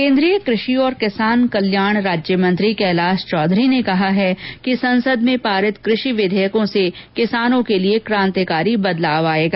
केन्द्रीय कृषि और किसान कल्याण राज्यमंत्री कैलाश चौधरी ने कहा है कि संसद में पारित कृषि विधेयकों से किसानों के लिए क्रांतिकारी बदलाव होगा